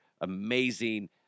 amazing